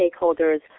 stakeholders